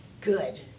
good